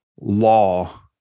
law